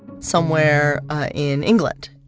somewhere in england.